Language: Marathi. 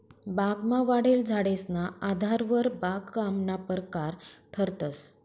बागमा वाढेल झाडेसना आधारवर बागकामना परकार ठरतंस